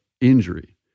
injury